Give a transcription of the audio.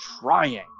trying